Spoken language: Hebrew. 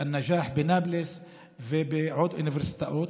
בא-נג'אח, בנבלוס ובעוד אוניברסיטאות.